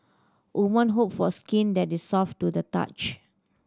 woman hope for skin that is soft to the touch